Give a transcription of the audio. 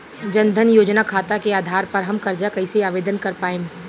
जन धन योजना खाता के आधार पर हम कर्जा कईसे आवेदन कर पाएम?